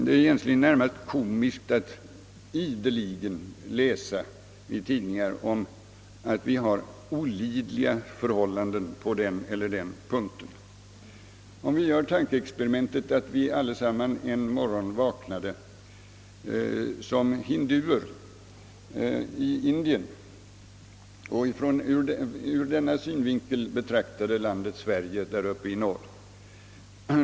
Det är egentligen närmast komiskt att ideligen läsa i tidningar om att vi har »olidliga förhållanden» på den eller den punkten. Om vi gör tankeexperimentet att vi allesammans en morgon vaknar som hinduer i Indien och ur denna synvinkel betraktade landet Sverige där uppe i norr.